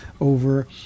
over